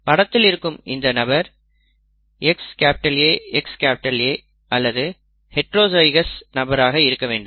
படத்தில் இருக்கும் இந்த நபர் XAXA அல்லது ஹைட்ரோஜைகோஸ் நபராக இருக்க வேண்டும்